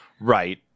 Right